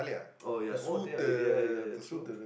oh ya oh teh halia ya ya ya true